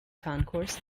concourse